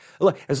look